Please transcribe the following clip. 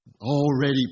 Already